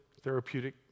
therapeutic